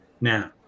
now